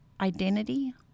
identity